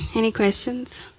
any questions?